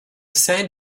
san